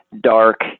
dark